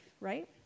right